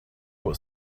was